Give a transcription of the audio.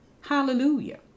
Hallelujah